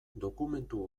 dokumentu